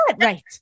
right